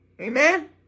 Amen